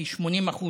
כי 80%